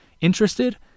Interested